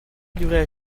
durer